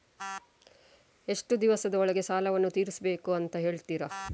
ಎಷ್ಟು ದಿವಸದ ಒಳಗೆ ಸಾಲವನ್ನು ತೀರಿಸ್ಬೇಕು ಅಂತ ಹೇಳ್ತಿರಾ?